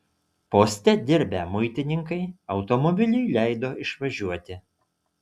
poste dirbę muitininkai automobiliui leido išvažiuoti